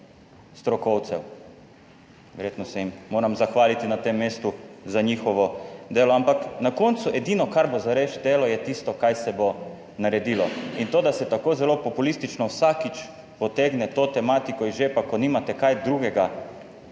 strokovcev, verjetno se jim moram zahvaliti na tem mestu za njihovo delo, ampak na koncu, edino kar bo zares telo je tisto kaj se bo naredilo. In to da se tako zelo populistično vsakič potegne to tematiko iz žepa, ko nimate kaj drugega